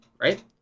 right